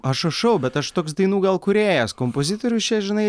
aš rašau bet aš toks dainų gal kūrėjas kompozitorius čia žinai